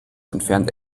entfernt